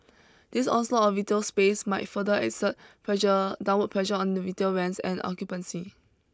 this onslaught of retail space might further exert pressure downward pressure on the retail rents and occupancy